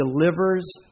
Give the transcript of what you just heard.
delivers